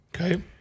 Okay